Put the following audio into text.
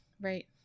right